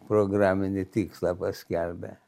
programinį tikslą paskelbė